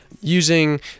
using